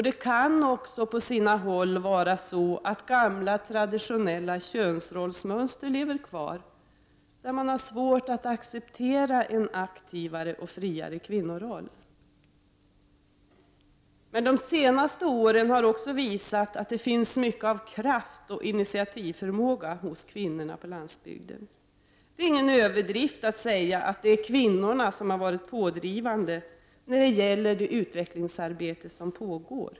Det kan på sina håll också vara så att gamla traditionella könsrollsmönster lever kvar och att man har svårt att acceptera en aktivare och friare kvinnoroll. Men de senare åren har också visat att det finns mycket av kraft och initiativförmåga hos kvinnorna på landsbygden. Det är ingen överdrift att säga att det är kvinnorna som har varit pådrivande när det gällt det utvecklingsarbete som pågår.